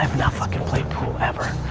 not fucking played pool ever.